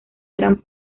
gran